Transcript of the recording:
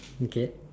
okay